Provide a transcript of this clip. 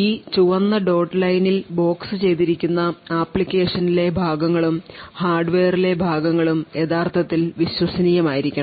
ഈ ചുവന്ന ഡോട്ട് ലൈനിൽ ബോക്സുചെയ്തിരിക്കുന്ന ആപ്ലിക്കേഷനിലെ ഭാഗങ്ങളും ഹാർഡ്വെയറിലെ ഭാഗങ്ങളും യഥാർത്ഥത്തിൽ വിശ്വസനീയമായിരിക്കണം